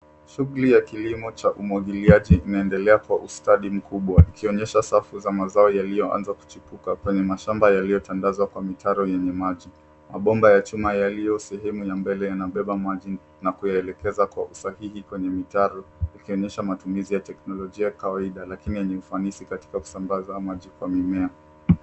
Shughuli ya kilimo cha umwagiliaji unaendelea kwa ustadi mkubwa ikionyesha safu za mazao yalioanza kuchipuka kwenye mashamba yaliyotandazwa kwa mitaro yenye maji. Mabomba ya chuma yaliyo sehemu ya mbele yanabeba maji na kuyaelekeza kwa usahihi kwenye mitaro ikionyesha matumizi ya teknolojia kawaida lakini yenye ufanisi katika usambaza maji kwa mimea.